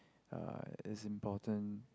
uh it's important